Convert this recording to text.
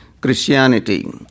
Christianity